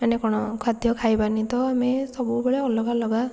ମାନେ କ'ଣ ଖାଦ୍ୟ ଖାଇବାନି ତ ଆମେ ସବୁବେଳେ ଅଲଗା ଅଲଗା